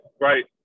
Right